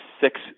six